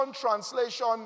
Translation